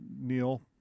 Neil